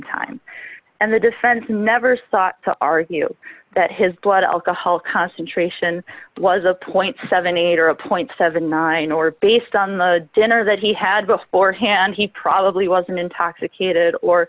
time and the defense never sought to argue that his blood alcohol concentration was a point seventy eight or zero seventy nine or based on the dinner that he had beforehand he probably wasn't intoxicated or